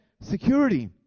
security